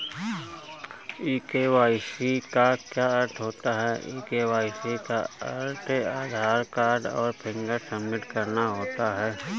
ई KYC का क्या अर्थ होता है?